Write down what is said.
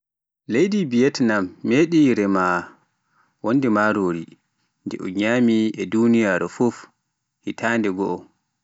Leydi Thailand meɗi rema wondi marori, ndi nyami e duniyaaru fuf e hitande goo.